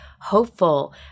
hopeful